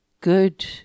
Good